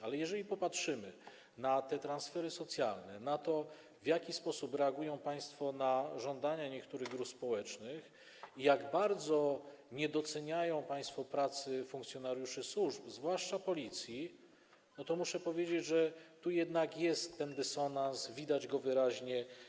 Ale jeżeli popatrzymy na te transfery socjalne, na to, w jaki sposób reagują państwo na żądania niektórych grup społecznych, jak bardzo nie doceniają państwo pracy funkcjonariuszy służb, zwłaszcza Policji, to - muszę powiedzieć - tu jednak jest ten dysonans, widać go wyraźnie.